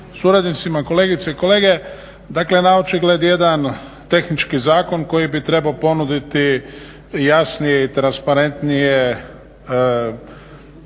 suradnicima, kolegice i kolege. Dakle na očigled jedan tehnički zakon koji bi trebao ponuditi jasniji i transparentnije vođenje